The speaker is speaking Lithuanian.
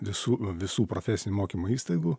visų visų profesinio mokymo įstaigų